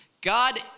God